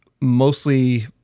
mostly